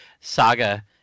Saga